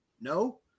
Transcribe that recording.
No